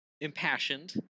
Impassioned